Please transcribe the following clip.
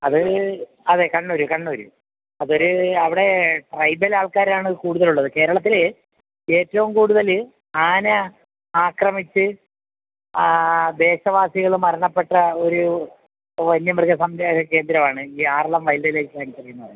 അത് അതെ കണ്ണൂർ കണ്ണൂർ അതൊരു അവിടെ ട്രൈബൽ ആൾക്കാരാണ് കൂടുതലുള്ളത് കേരളത്തിൽ ഏറ്റവും കൂടുതൽ ആന ആക്രമിച്ചു ദേശവാസികൾ മരണപ്പെട്ട ഒരു വന്യമൃഗ സങ്കേത കേന്ദ്രമാണ് ഈ ആറളം വൈൽഡ് ലൈഫ് സാങ്ച്വറി എന്ന് പറയുന്നത്